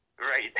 Right